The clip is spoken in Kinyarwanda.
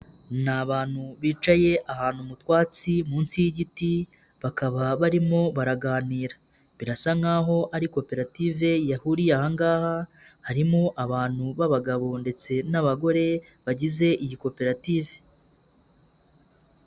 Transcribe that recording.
Ni abantu bicaye ahantu mu twatsi munsi y'igiti, bakaba barimo baraganira. Birasa nkaho ari koperative yahuriye aha ngaha, harimo abantu b'abagabo ndetse n'abagore, bagize iyi koperative.